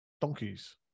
donkeys